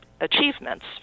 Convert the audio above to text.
achievements